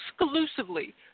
exclusively